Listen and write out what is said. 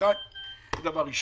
לשנת 2022, זה דבר ראשון.